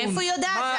איפה היא יודעת?